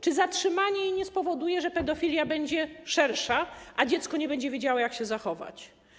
Czy zatrzymanie jej nie spowoduje, że pedofilia będzie szersza, a dziecko nie będzie wiedziało, jak się zachować?